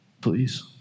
Please